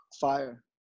fire